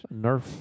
Nerf